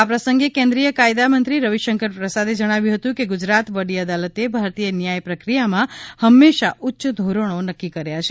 આ પ્રસંગે કેન્દ્રિય કાયદામંત્રી રવિશંકર પ્રસાદે જણાવ્યું હતું કે ગુજરાત વડી અદાલતે ભારતીય ન્યાય પ્રક્રિયામાં હંમેશા ઉચ્ય ધોરણો નક્કી કર્યા છે